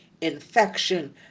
infection